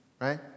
right